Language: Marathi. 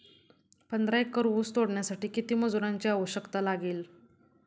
पंधरा एकर ऊस तोडण्यासाठी किती मजुरांची आवश्यकता लागेल?